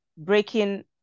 Breaking